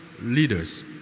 leaders